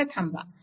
जरा थांबा